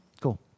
Cool